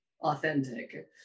authentic